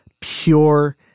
pure